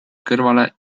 kõrvale